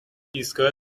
ایستگاه